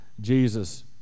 Jesus